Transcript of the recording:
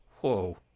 Whoa